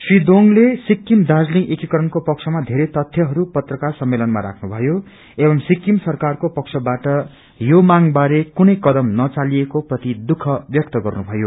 श्री दोंगले सिक्किमा दार्जीलिङ एकिकरणको पक्षमा धेरै तत्थ्यहरू पत्रकार सम्मेलनमा राख्नु भयो एंव सिकिम सरकारको पक्षबाट यो मांग बारे कुनै कदम न चालिएको प्रति दुःख ब्यक्त गर्नु भयो